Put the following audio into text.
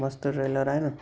मस्तु ट्रेलर आहे न